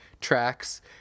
tracks